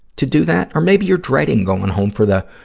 to do that? or maybe you're dreading going home for the,